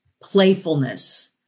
playfulness